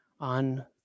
on